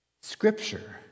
Scripture